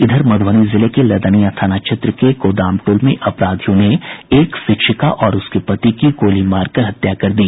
इधर मधुबनी जिले के लदनियां थाना क्षेत्र के गोदामटोल में अपराधियों ने एक शिक्षिका और उसके पति की गोली मारकर हत्या कर दी